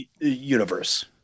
universe